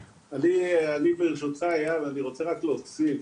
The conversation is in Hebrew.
אני ברשותך איל רוצה רק להוסיף,